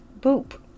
Boop